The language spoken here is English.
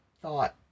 thought